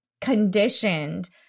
conditioned